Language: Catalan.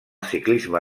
ciclisme